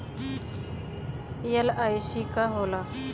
LIC का होला?